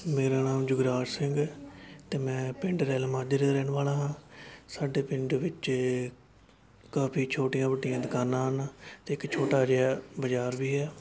ਮੇਰਾ ਨਾਮ ਜੁਗਰਾਜ ਸਿੰਘ ਹੈ ਅਤੇ ਮੈਂ ਪਿੰਡ ਰੈਲਮਾਜਰੇ ਦਾ ਰਹਿਣ ਵਾਲਾ ਹਾਂ ਸਾਡੇ ਪਿੰਡ ਵਿੱਚ ਕਾਫੀ ਛੋਟੀਆਂ ਵੱਡੀਆਂ ਦੁਕਾਨਾਂ ਹਨ ਅਤੇ ਇੱਕ ਛੋਟਾ ਜਿਹਾ ਬਾਜ਼ਾਰ ਵੀ ਹੈ